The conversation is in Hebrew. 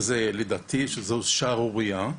שלדעתי זו שערורייה,